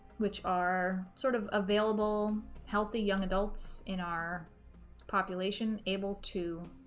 which are sort of available healthy young adults in our population able to